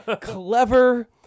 clever